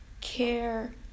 care